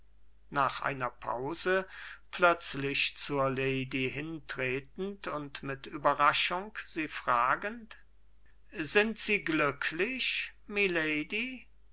nach einer pause plötzlich zur lady hintretend und mit überraschung fragend sind sie glücklich milady